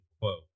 quote